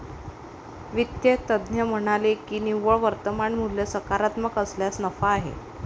वित्त तज्ज्ञ म्हणाले की निव्वळ वर्तमान मूल्य सकारात्मक असल्यास नफा आहे